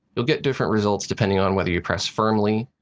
you'll get different results depending on whether you press firmly,